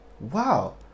wow